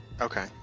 Okay